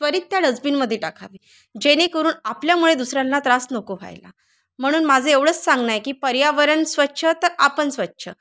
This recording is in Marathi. त्वरित त्या डस्बिनमध्ये टाकावी जेणेकरून आपल्यामुळे दुसऱ्यांना त्रास नको व्हायला म्हणून माझं एवढंच सांगणं आहे की पर्यावरण स्वच्छ तर आपण स्वच्छ